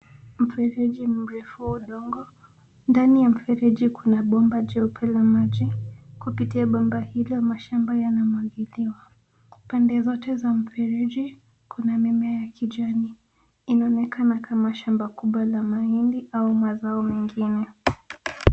Mfereji mrefu wa udongo. Ndani ya mfereji kuna bomba jeupe la maji. Kupitia bomba hilo mashamba yanamwagiliwa. Pande zote za mifereji kuna mimea ya kijani. Inaonekana kama shamba kubwa la mahindi au mazao mengine.